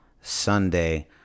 Sunday